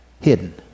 hidden